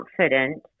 confident